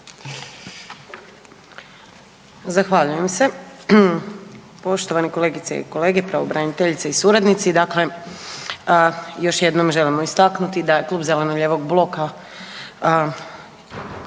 Zahvaljujem se. Poštovane kolegice i kolege, pravobraniteljice i suradnici. Dakle, još jednom želimo istaknuti da klub zeleno-lijevog bloka